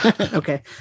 Okay